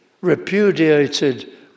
repudiated